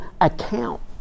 account